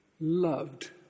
loved